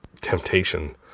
temptation